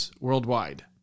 worldwide